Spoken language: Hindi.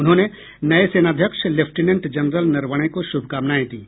उन्होंने नए सेनाध्यक्ष लेफ्टिनेंट जनरल नरवणे को शुभकामनाएं दीं